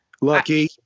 Lucky